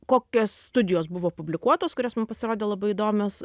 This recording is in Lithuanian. kokios studijos buvo publikuotos kurios man pasirodė labai įdomios